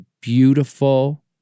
beautiful